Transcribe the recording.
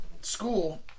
school